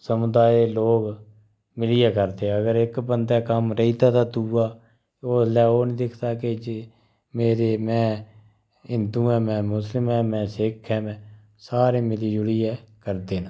समुदाए दे लोक मिलियै करदे अगर इक बंदे कम्म रेही दा ते दूआ उसलै ओह् नेईं दिखदा कि मेरी में हिंदू हा में मुस्लमान हां में सिक्ख हा सारे मिली जुली ऐ करदे ना